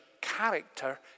character